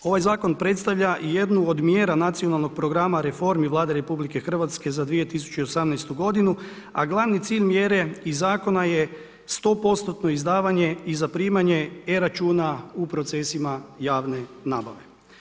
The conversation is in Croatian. Ovaj zakon predstavlja i jednu od mjera nacionalnog programa reformi Vlade RH za 2018. godinu a glavni cilj mjere i zakona je 100%-tno izdavanje i zaprimanje e-računa u procesima javne nabave.